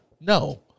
no